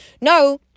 No